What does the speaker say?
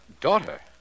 daughter